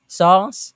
songs